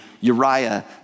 Uriah